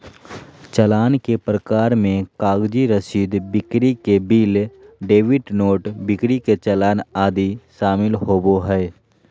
चालान के प्रकार मे कागजी रसीद, बिक्री के बिल, डेबिट नोट, बिक्री चालान आदि शामिल होबो हय